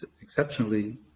exceptionally